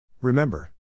Remember